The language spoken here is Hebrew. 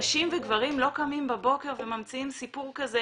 נשים וגברים לא קמים בבוקר וממציאים סיפור כזה